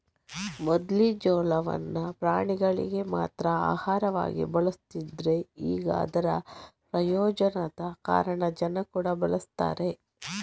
ಮೊದ್ಲು ಜೋಳವನ್ನ ಪ್ರಾಣಿಗಳಿಗೆ ಮಾತ್ರ ಆಹಾರವಾಗಿ ಬಳಸ್ತಿದ್ರೆ ಈಗ ಅದರ ಪ್ರಯೋಜನದ ಕಾರಣ ಜನ ಕೂಡಾ ಬಳಸ್ತಾರೆ